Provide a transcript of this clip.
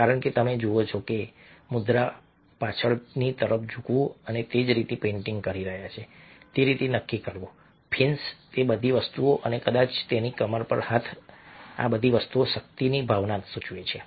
કારણ કે તમે જુઓ છો કે મુદ્રા પાછળની તરફ ઝૂકવું અને તે જે રીતે પેઇન્ટિંગ કરી રહ્યો છે તે રીતે નક્કી કરવું ફિન્સ તે બધી વસ્તુઓ અને કદાચ તેની કમર પર હાથ આ બધી વસ્તુઓ શક્તિની ભાવના સૂચવે છે